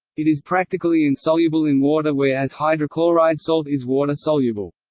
it is practically insoluble in water whereas hydrochloride salt is water-soluble.